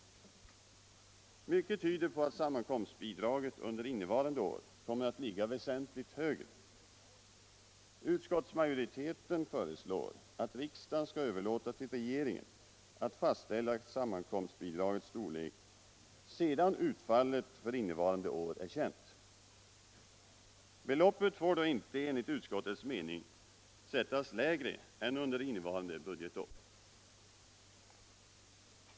Mycket tyder på att sammankomstbidraget innevarande år kommer att ligga väsentligt högre. Utskottsmajoriteten föreslår att riksdagen skall överlåta till regeringen att fastställa sammankomstbidragets storlek sedan utfallet för innevarande år är känt. Beloppet får då enligt utskottets mening inte sättas lägre än för innevarande budgetår.